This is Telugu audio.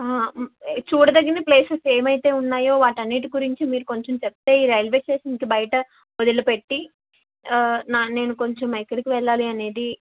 చూడతగిన ప్లేసెస్ ఏమైతే ఉన్నాయో వాటి అన్నింటి గురించి మీరు కొంచెం చెప్తే ఈ రైల్వే స్టేషన్కి బయట వదిలిపెట్టి న నేను కొంచెం ఎక్కడికి వెళ్ళాలి అనేది